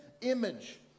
image